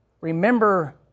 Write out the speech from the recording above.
remember